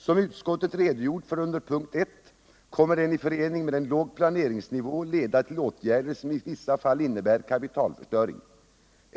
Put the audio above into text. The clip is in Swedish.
Som utskottet redogjort för under punkt I kommer den att i förening med en låg planeringsnivå leda till åtgärder som i vissa fall innebär kapitalförstöring.